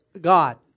God